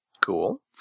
Cool